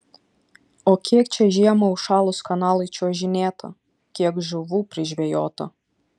o kiek čia žiemą užšalus kanalui čiuožinėta kiek žuvų prižvejota